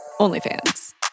OnlyFans